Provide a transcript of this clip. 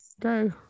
Go